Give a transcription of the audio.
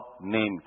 name